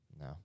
No